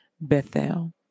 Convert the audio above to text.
Bethel